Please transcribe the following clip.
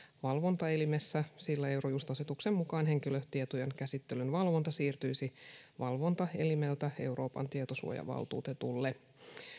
valvontaelimessä sillä eurojust asetuksen mukaan henkilötietojen käsittelyn valvonta siirtyisi valvontaelimeltä euroopan tietosuojavaltuutetulle